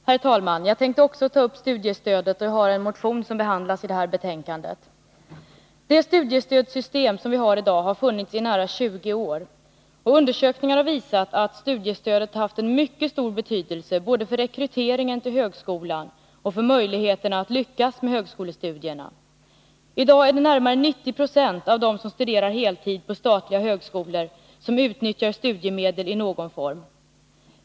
Herr talman! Jag tänkte också ta upp studiestödet; jag har en motion som behandlas i det här betänkandet. Det studiestödssystem vi har i dag har funnits i nära 20 år. Undersökningar har visat att studiestödet har haft mycket stor betydelse, både för rekryteringen till högskolan och för möjligheterna att lyckas med högskolestudierna. I dag är det närmare 90 26 av dem som studerar heltid på statliga högskolor som utnyttjar studiemedel i någon form.